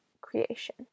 creation